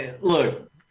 look